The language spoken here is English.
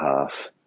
half